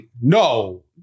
no